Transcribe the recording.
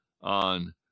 on